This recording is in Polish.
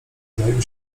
zajął